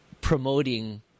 promoting